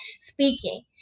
speaking